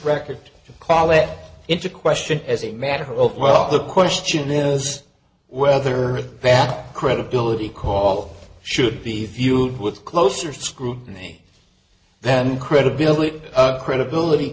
record to call that into question as a matter of well the question is whether back credibility call should be viewed with closer scrutiny than credibility credibility